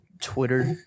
twitter